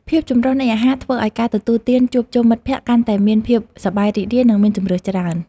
ភាពចម្រុះនៃអាហារធ្វើឱ្យការទទួលទានជួបជុំមិត្តភក្តិកាន់តែមានភាពសប្បាយរីករាយ និងមានជម្រើសច្រើន។